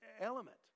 element